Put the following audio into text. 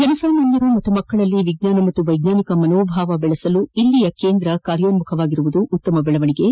ಜನಸಾಮಾನ್ಯರು ಮತ್ತು ಮಕ್ಕಳಲ್ಲಿ ವಿಜ್ಞಾನ ಮತ್ತು ವೈಜ್ಞಾನಿಕ ಮನೋಭಾವನೆ ಬೆಳಸಲು ಇಲ್ಲಿನ ಕೇಂದ್ರ ಕಾರ್ಯೋನ್ಮುಖವಾಗಿರುವುದು ಉತ್ತಮ ಬೆಳವಣಿಗೆಯಾಗಿದೆ